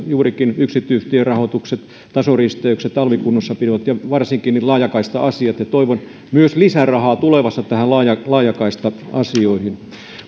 juurikin yksityistierahoitukset tasoristeykset talvikunnossapidot ja varsinkin laajakaista asiat ja toivon myös lisärahaa tulevassa näihin laajakaista asioihin